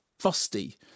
Fusty